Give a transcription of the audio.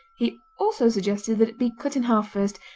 he also suggested that it be cut in half first,